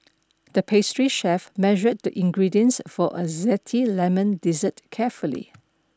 the pastry chef measured the ingredients for a zesty lemon dessert carefully